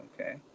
Okay